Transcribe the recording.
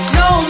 no